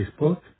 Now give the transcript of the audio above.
Facebook